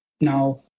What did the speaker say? now